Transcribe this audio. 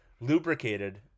lubricated